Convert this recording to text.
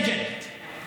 (אומר דברים בשפה הערבית, להלן תרגומם:).